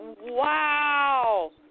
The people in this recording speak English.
Wow